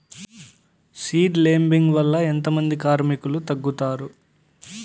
Seed లేంబింగ్ వల్ల ఎంత మంది కార్మికులు తగ్గుతారు?